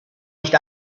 nicht